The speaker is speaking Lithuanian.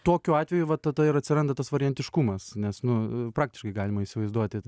tokiu atveju va tada ir atsiranda tas variantiškumas nes nu praktiškai galima įsivaizduoti